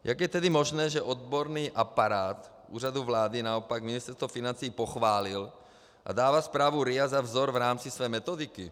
Jak je tedy možné, že odborný aparát Úřadu vlády naopak Ministerstvo financí pochválil a dává zprávu RIA za vzor v rámci své metodiky?